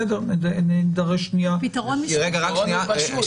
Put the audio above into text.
הפתרון הוא פשוט,